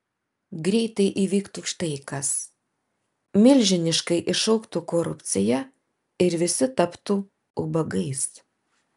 greitai įvyktų štai kas milžiniškai išaugtų korupcija ir visi taptų ubagais